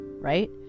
right